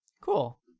Cool